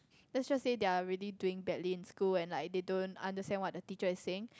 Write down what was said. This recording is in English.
let's just say they are really doing badly in school and like they don't understand what the teacher is saying